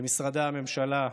במשרדי הממשלה.